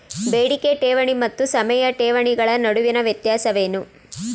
ಬೇಡಿಕೆ ಠೇವಣಿ ಮತ್ತು ಸಮಯ ಠೇವಣಿಗಳ ನಡುವಿನ ವ್ಯತ್ಯಾಸವೇನು?